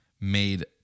made